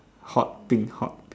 hot pink hot pink